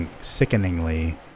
sickeningly